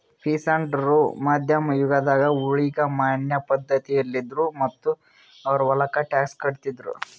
peasant ರು ಮಧ್ಯಮ್ ಯುಗದಾಗ್ ಊಳಿಗಮಾನ್ಯ ಪಧ್ಧತಿಯಲ್ಲಿದ್ರು ಮತ್ತ್ ಅವ್ರ್ ಹೊಲಕ್ಕ ಟ್ಯಾಕ್ಸ್ ಕಟ್ಟಿದ್ರು